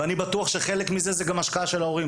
ואני בטוח שחלק מזה זה גם השקעה של ההורים.